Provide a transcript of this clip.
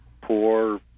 poor